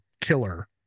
killer